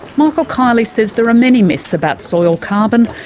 michael kiely says there are many myths about soil carbon,